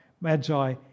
Magi